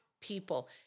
people